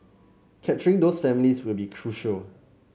capturing those families will be crucial